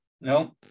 No